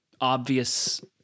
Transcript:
obvious